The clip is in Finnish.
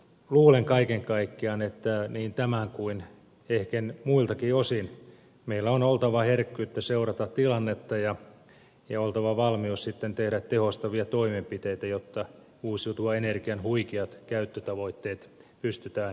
luulen kaiken kaikkiaan että niin tämän kuin ehken muiltakin osin meillä on oltava herkkyyttä seurata tilannetta ja on oltava valmius sitten tehdä tehostavia toimenpiteitä jotta uusiutuvan energian huikeat käyttötavoitteet pystytään toteuttamaan